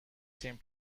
same